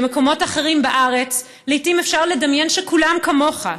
במקומות אחרים בארץ לעיתים אפשר לדמיין שכולם כמוך,